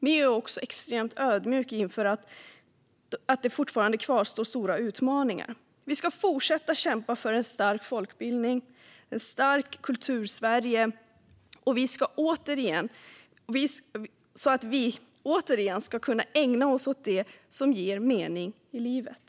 Men jag är också extremt ödmjuk inför att det fortfarande kvarstår stora utmaningar. Vi ska fortsätta kämpa för en stark folkbildning och ett starkt Kultursverige, så att vi återigen ska kunna ägna oss åt det som ger mening i livet.